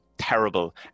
terrible